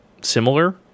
similar